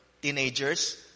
teenagers